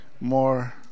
more